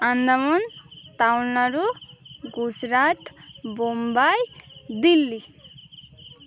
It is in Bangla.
আন্দামান তামিলনাড়ু গুজরাট বোম্বাই দিল্লি